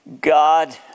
God